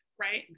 right